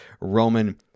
Roman